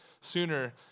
sooner